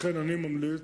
לכן אני ממליץ,